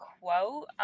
quote